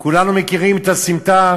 כולנו מכירים את הסמטה,